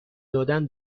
دادن